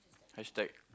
hashtag